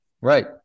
Right